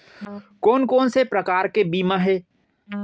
कोन कोन से प्रकार के बीमा हे?